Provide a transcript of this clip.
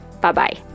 Bye-bye